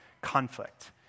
conflict